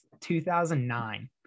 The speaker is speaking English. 2009